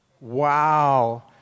Wow